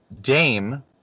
Dame